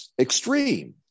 extreme